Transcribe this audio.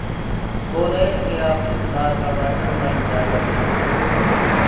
Poland के आर्थिक सुधार का मास्टरमाइंड जारी रखेंगे वित्त मंत्री